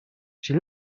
she